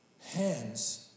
Hands